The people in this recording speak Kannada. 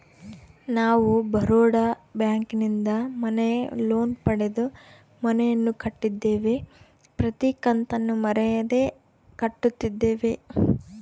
ನಾವು ಬರೋಡ ಬ್ಯಾಂಕಿನಿಂದ ಮನೆ ಲೋನ್ ಪಡೆದು ಮನೆಯನ್ನು ಕಟ್ಟಿದ್ದೇವೆ, ಪ್ರತಿ ಕತ್ತನ್ನು ಮರೆಯದೆ ಕಟ್ಟುತ್ತಿದ್ದೇವೆ